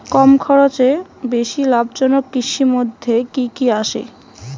কম খরচে বেশি লাভজনক কৃষির মইধ্যে কি কি আসে?